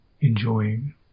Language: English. enjoying